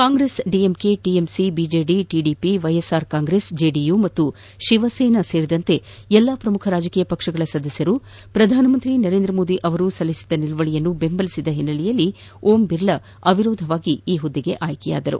ಕಾಂಗೆಸ್ ಡಿಎಂಕೆ ಟಿಎಂಸಿ ಬಿಜೆಡಿ ಟಿಡಿಪಿ ಮೈಎಸ್ಆರ್ ಕಾಂಗ್ರೆಸ್ ಜೆಡಿಯು ಮತ್ತು ಶಿವಸೇನಾ ಸೇರಿದಂತೆ ಎಲ್ಲಾ ಪ್ರಮುಖ ರಾಜಕೀಯ ಪಕ್ಷಗಳ ಸದಸ್ಯರು ಪ್ರಧಾನಮಂತ್ರಿ ನರೇಂದ ಮೋದಿ ಅವರು ಸಲ್ಲಿಸಿದ ನಿಲುವಳಿಯನ್ನು ಬೆಂಬಲಿಸಿದ ಹಿನ್ನೆಲೆಯಲ್ಲಿ ಓಂ ಬಿರ್ಲಾ ಅವಿರೋಧವಾಗಿ ಆಯ್ಕೆಯಾದರು